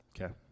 Okay